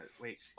Wait